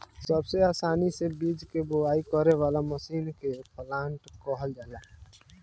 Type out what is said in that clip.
सबसे आसानी से बीज के बोआई करे वाला मशीन के प्लांटर कहल जाला